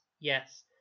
Yes